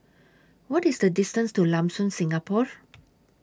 What IS The distance to Lam Soon Singapore